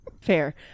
fair